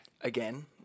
again